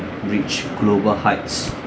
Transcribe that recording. reach global heights